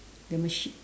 the machine